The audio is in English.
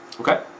Okay